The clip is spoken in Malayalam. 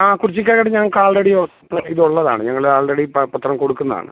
ആ കുറിച്ചിക്കലവിടെ ഞങ്ങക്കാൾറെഡി ഒക്കെ ഇതുള്ളതാണ് ഞങ്ങൾ ആൾറെഡി പത്രം പത്രം കൊടുക്കുന്നതാണ്